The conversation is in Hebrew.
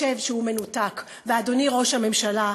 אדוני ראש הממשלה,